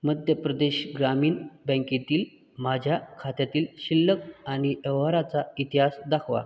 मध्य प्रदेश ग्रामीण बँकेतील माझ्या खात्यातील शिल्लक आणि एव्हाराचा इतिहास दाखवा